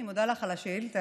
אני מודה לך על השאילתה.